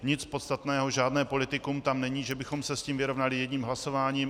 Nic podstatného, žádné politikum tam není, že bychom se s tím vyrovnali jedním hlasováním.